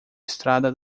estrada